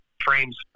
frames